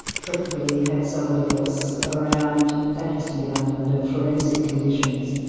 preferably have somebody else around. that has to be done under forensic conditions.